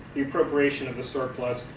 the appropriation of the surplus,